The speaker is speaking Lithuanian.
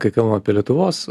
kai kalbam apie lietuvos